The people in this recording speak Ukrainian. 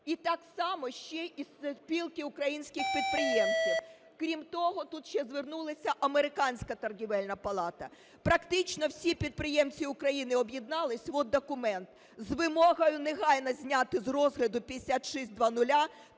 і так само ще і Спілки українських підприємців. Крім того, тут ще звернулися Американська торгівельна палата. Практично всі підприємці України об'єдналися, ось документ, з вимогою негайно зняти з розгляду 5600